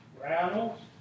rattles